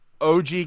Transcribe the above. OG